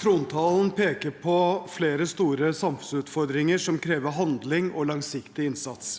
Trontalen peker på flere store samfunnsutfordringer som krever handling og langsiktig innsats.